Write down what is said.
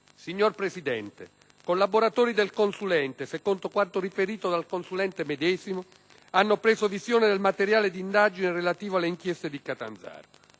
Signor Presidente, collaboratori del consulente, secondo quanto riferito dal consulente medesimo, hanno preso visione del materiale di indagine relativo alle inchieste di Catanzaro.